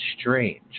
strange